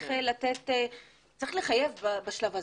צריך לחייב בשלב הזה,